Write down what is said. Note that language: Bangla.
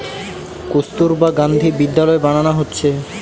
কস্তুরবা গান্ধী বিদ্যালয় বানানা হচ্ছে